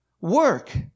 work